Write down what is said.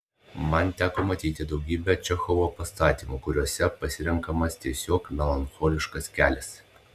man teko matyti daugybę čechovo pastatymų kuriuose pasirenkamas tiesiog melancholiškas kelias